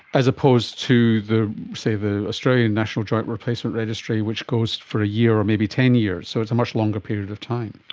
as opposed to, say, the australian national joint replacement registry which goes for a year or maybe ten years, so it's a much longer period of time.